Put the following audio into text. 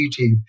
YouTube